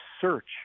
search